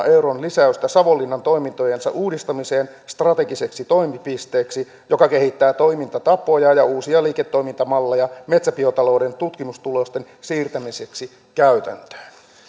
euron lisäystä savonlinnan toimintojensa uudistamiseen strategiseksi toimipisteeksi joka kehittää toimintatapoja ja uusia liiketoimintamalleja metsäbiotalouden tutkimustulosten siirtämiseksi käytäntöön tämä